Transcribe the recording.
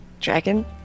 dragon